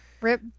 Rip